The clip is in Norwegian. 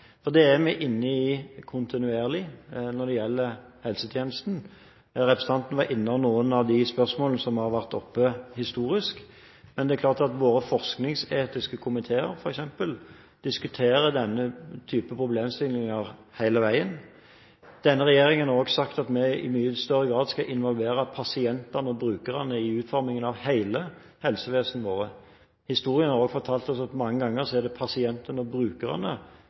er vi inne i kontinuerlig når det gjelder helsetjenesten. Representanten var innom noen av de spørsmålene som har vært oppe historisk. Det er klart at f.eks. våre forskningsetiske komiteer diskuterer denne type problemstillinger hele veien. Denne regjeringen har også sagt at vi i mye større grad skal involvere pasientene og brukerne i utformingen av hele helsevesenet vårt. Historien har også mange ganger fortalt oss at det ofte er pasientene og brukerne